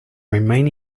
remain